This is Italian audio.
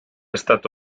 stato